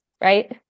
right